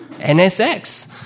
NSX